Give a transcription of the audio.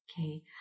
Okay